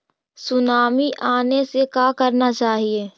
Tsunami आने से का करना चाहिए?